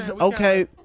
Okay